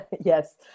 Yes